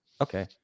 Okay